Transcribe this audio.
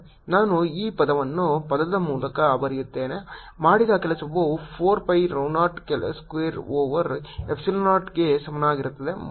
ನಾನು ಈ ಪದವನ್ನು ಪದದ ಮೂಲಕ ಬರೆಯುತ್ತೇನೆ ಮಾಡಿದ ಕೆಲಸವು 4 pi rho 0 square over epsilon 0 ಗೆ ಸಮನಾಗಿರುತ್ತದೆ